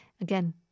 Again